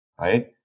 right